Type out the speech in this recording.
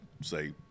say